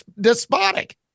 despotic